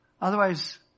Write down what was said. Otherwise